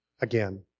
again